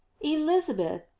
elizabeth